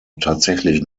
tatsächlich